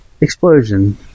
Explosion